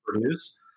produce